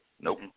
nope